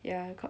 ya got